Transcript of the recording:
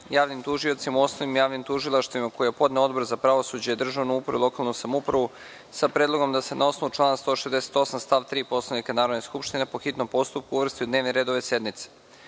javnim tužiocima u osnovnim javnim tužilaštvima, koji je podneo Odbor za pravosuđe, državnu upravu i lokalnu samoupravu, sa predlogom da se na osnovu člana 168. stav 3. Poslovnika Narodne skupštine po hitnom postupku uvrsti u dnevni red ove sednice. Podsećam